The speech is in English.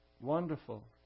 wonderful